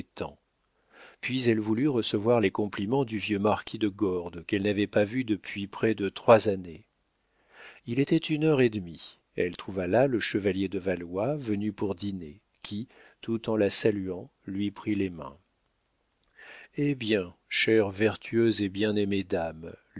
puis elle voulut recevoir les compliments du vieux marquis de gordes qu'elle n'avait pas vu depuis près de trois années il était une heure et demie elle trouva là le chevalier de valois venu pour dîner qui tout en la saluant lui prit les mains eh bien chère vertueuse et bien-aimée dame